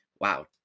wow